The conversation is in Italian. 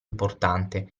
importante